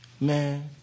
Man